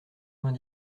vingt